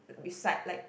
beside like